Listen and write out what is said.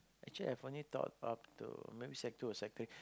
actually I finally taught up to sec two or three